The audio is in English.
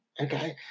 Okay